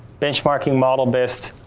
benchmarking model based,